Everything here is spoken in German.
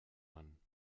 mann